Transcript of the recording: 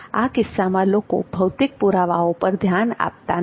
આ કિસ્સામાં લોકો ભૌતિક પુરાવાઓ પર ધ્યાન આપતા નથી